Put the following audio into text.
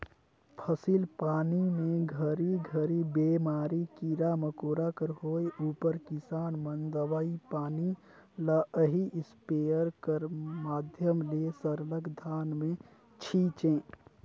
फसिल पानी मे घरी घरी बेमारी, कीरा मकोरा कर होए उपर किसान मन दवई पानी ल एही इस्पेयर कर माध्यम ले सरलग धान मे छीचे